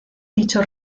dicho